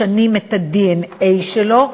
משנים את הדנ"א שלו,